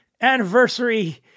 anniversary